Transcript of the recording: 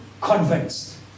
convinced